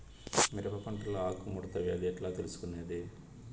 మిరప పంటలో ఆకు ముడత వ్యాధి ఎట్లా తెలుసుకొనేది?